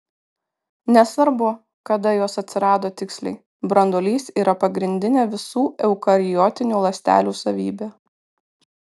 nesvarbu kada jos atsirado tiksliai branduolys yra pagrindinė visų eukariotinių ląstelių savybė